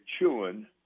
chewing